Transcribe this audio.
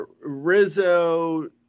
Rizzo